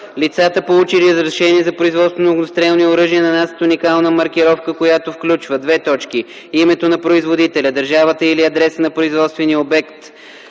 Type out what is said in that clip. Лицата, получили разрешение за производство на огнестрелни оръжия, нанасят уникална маркировка, която включва: името на производителя, държавата или адреса на производствения